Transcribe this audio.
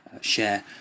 share